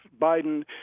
Biden